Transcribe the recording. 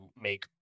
make